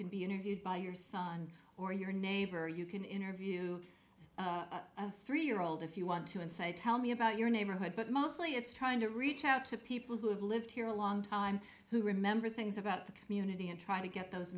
can be interviewed by your son or your neighbor you can interview three year old if you want to and say tell me about your neighborhood but mostly it's trying to reach out to people who have lived here a long time who remember things about the community and trying to get those